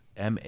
MA